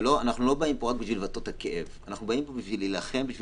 אנחנו לא באים לכאן רק כדי לבטא את הכאב.